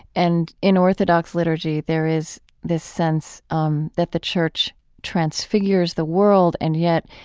and in orthodox liturgy, there is this sense um that the church transfigures the world and yet,